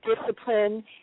discipline